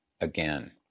again